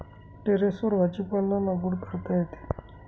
टेरेसवर भाजीपाला लागवड करता येते